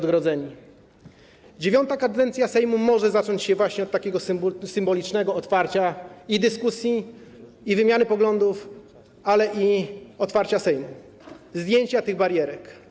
IX kadencja Sejmu może zacząć się właśnie od takiego symbolicznego otwarcia w zakresie i dyskusji, i wymiany poglądów, ale i otwarcia Sejmu, zdjęcia tych barierek.